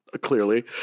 clearly